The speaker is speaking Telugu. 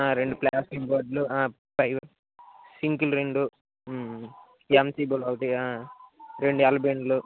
రెండు ప్లాస్టిక్ బోర్డ్లు సింక్లు రెండు ఎంసిబిలు ఒకటి రెండు ఎల్ బెండ్లు